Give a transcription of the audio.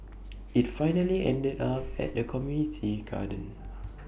IT finally ended up at the community garden